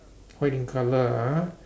white in colour ah